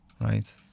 right